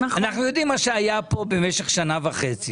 אנחנו יודעים מה היה פה משך שנה וחצי.